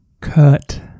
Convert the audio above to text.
Cut